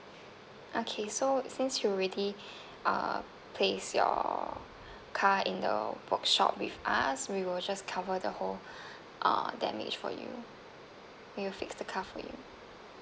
okay so since you already uh placed your car in the workshop with us we will just cover the whole uh damage for you we'll fix the car for you